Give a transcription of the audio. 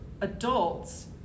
adults